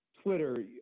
Twitter